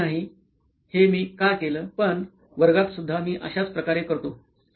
मला माहिती नाही हे मी का केलं पण वर्गातसुद्धा मी अश्याच प्रकारे करतो